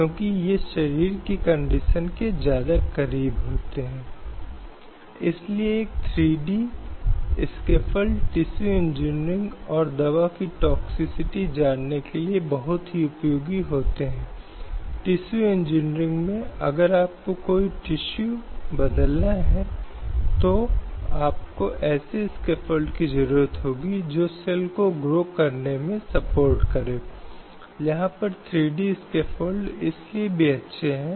इस लिहाज से अगर इन मौलिक अधिकारों का कोई उल्लंघन होता है तो कोई भी व्यक्ति उन अधिकारों के प्रवर्तन के लिए अदालतों का रुख कर सकता है और इन मौलिक अधिकारों को बनाए रखना और सुनिश्चित करना राज्य की जिम्मेदारी है